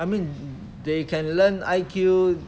I mean they you can learn I_Q